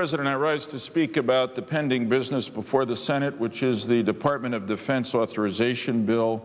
president i rise to speak about the pending business before the senate which is the department of defense authorization bill